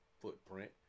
footprint